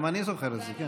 גם אני זוכר את זה.